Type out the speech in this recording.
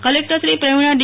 કલેકટરશ્રી પ્રવિણા ડી